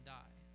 die